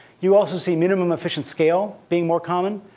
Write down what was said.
you also see minimum efficient scale being more common.